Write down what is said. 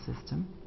system